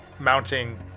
mounting